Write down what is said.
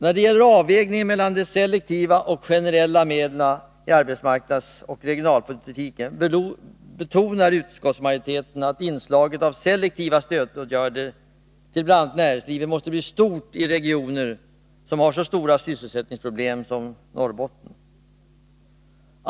När det gäller avvägningen mellan selektiva och generella medel i arbetsmarknadsoch regeringspolitiken betonar utskottsmajoriteten att inslaget av selektiva stödåtgärder till bl.a. näringslivet måste bli stort i regioner med så stora sysselsättningsproblem som Norrbotten.